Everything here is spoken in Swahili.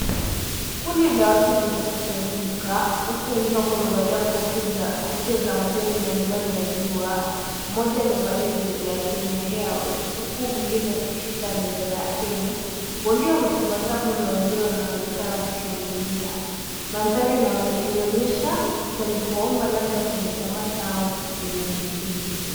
Kundi la watu limekusanyika huku wengine wakiwa wamevalia kofia za majani na miwani ya jua. Mmoja amevalia jezi ya Kenya Airways huku mwingine akishika bendera ya Kenya. Wengine wametabasamu na wengine wanaonekana wakishangilia. Mandhari inaonyesha mkusanyiko wa umma labda kwenye tamasha au tukio la michezo.